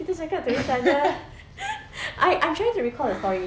kita cakap to each other I I'm trying to recall the story